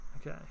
Okay